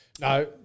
No